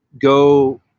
go